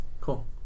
Cool